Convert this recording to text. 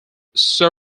soo